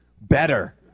better